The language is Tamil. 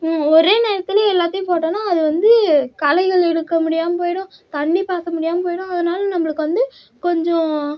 ஒரே நேரத்தில் எல்லாத்தையும் போட்டோம்னா அது வந்து களைகள் எடுக்க முடியாமல் போயிடும் தண்ணி பாச முடியாமல் போயிடும் அதனால நம்மளுக்கு வந்து கொஞ்சம்